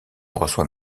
reçoit